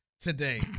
today